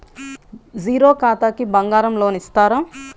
Zero ఖాతాకి బంగారం loan ఇస్తారా?